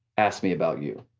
ask me about you.